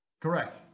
correct